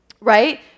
right